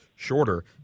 Shorter